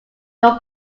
your